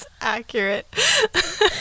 accurate